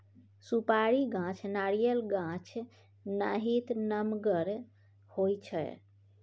सुपारी गाछ नारियल गाछ नाहित नमगर होइ छइ